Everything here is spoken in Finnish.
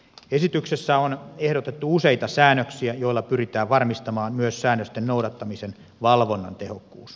esityksessä on ehdotettu useita säännöksiä joilla pyritään varmistamaan myös säännösten noudattamisen valvonnan tehokkuus